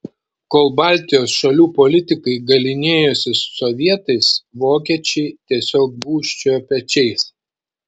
kol baltijos šalių politikai galynėjosi su sovietais vokiečiai tiesiog gūžčiojo pečiais